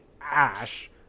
Ash